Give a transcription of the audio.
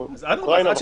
עם אוקראינה,